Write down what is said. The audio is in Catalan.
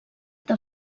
del